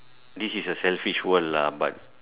this is a selfish world lah but